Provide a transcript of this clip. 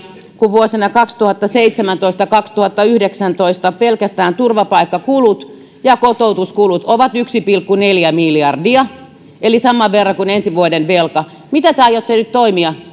kun vuosina kaksituhattaseitsemäntoista viiva kaksituhattayhdeksäntoista pelkästään turvapaikkakulut ja kotoutuskulut ovat yksi pilkku neljä miljardia eli saman verran kuin ensi vuoden velka miten te aiotte nyt toimia